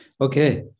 Okay